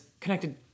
connected